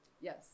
Yes